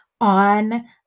on